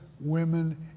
women